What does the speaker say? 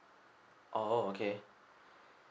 orh okay